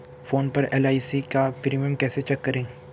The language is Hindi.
फोन पर एल.आई.सी का प्रीमियम कैसे चेक करें?